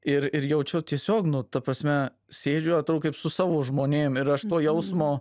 ir ir jaučiu tiesiog nu ta prasme sėdžiu atrodo kaip su savo žmonėm ir aš to jausmo